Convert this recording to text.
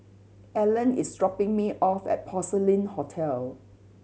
Ellen is dropping me off at Porcelain Hotel